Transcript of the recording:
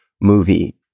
movie